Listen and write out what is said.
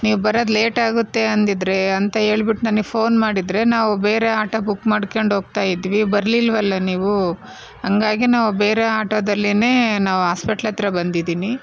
ನೀವು ಬರೋದು ಲೇಟ್ ಆಗುತ್ತೆ ಅಂದಿದರೆ ಅಂತ ಹೇಳ್ಬಿಟ್ಟು ನನಗೆ ಫೋನ್ ಮಾಡಿದ್ರೆ ನಾವು ಬೇರೆ ಆಟೋ ಬುಕ್ ಮಾಡ್ಕೊಂಡು ಹೋಗ್ತಾಯಿದ್ವಿ ಬರ್ಲಿಲ್ವಲ್ಲ ನೀವು ಹಾಗಾಗಿ ನಾವು ಬೇರೆ ಆಟೋದಲ್ಲೆನೇ ನಾವು ಆಸ್ಪೆಟ್ಲ್ ಹತ್ರ ಬಂದಿದ್ದೀನಿ